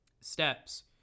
steps